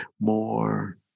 More